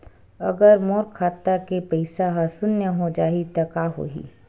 अगर मोर खाता के पईसा ह शून्य हो जाही त का होही?